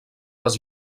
les